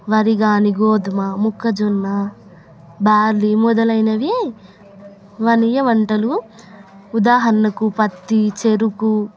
వరి కానీ గోధుమ మొక్కజొన్న బార్లీ మొదలైనవి వాణిజ్య పంటలు ఉదాహరణకు పత్తి చెరుకు